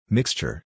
Mixture